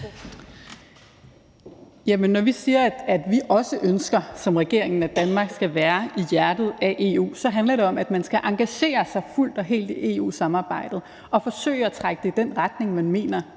Når vi siger, at vi også ønsker, ligesom regeringen, at Danmark skal være i hjertet af EU, handler det om, at man skal engagere sig fuldt og helt i EU-samarbejdet og forsøge at trække det i den retning, man mener